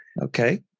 Okay